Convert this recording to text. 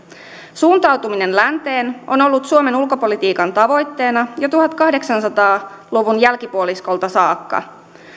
suuntautuminen länteen on on ollut suomen ulkopolitiikan tavoitteena jo tuhatkahdeksansataa luvun jälkipuoliskolta saakka